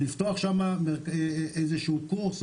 לפתוח שם איזשהו קורס,